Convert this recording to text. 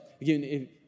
again